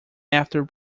after